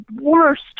worst